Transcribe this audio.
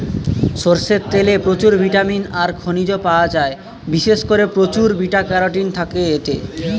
সরষের তেলে প্রচুর ভিটামিন আর খনিজ পায়া যায়, বিশেষ কোরে প্রচুর বিটা ক্যারোটিন থাকে এতে